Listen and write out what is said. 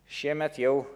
šiemet jau